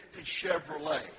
Chevrolet